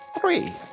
three